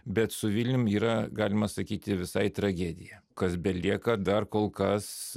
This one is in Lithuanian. bet su vilnium yra galima sakyti visai tragedija kas belieka dar kol kas